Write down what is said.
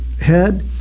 head